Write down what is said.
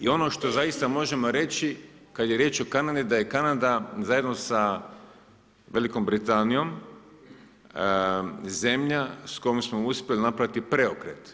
I ono što zaista možemo reći, kad je riječ o Kanadi, da je Kanada zajedno sa Velikom Britanijom, zemlja s kojom smo uspjeli napraviti preokret.